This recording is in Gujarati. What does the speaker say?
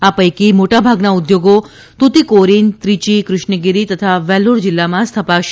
આ પૈકી મોટા ભાગના ઉદ્યોગો તુતીકોરીન ત્રીયી કૃષ્ણગિરી તથા વેલ્લોર જીલ્લામાં સ્થપાશે